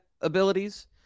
abilities